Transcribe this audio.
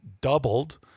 doubled